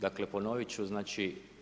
Dakle ponovit ću znači.